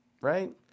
right